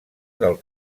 del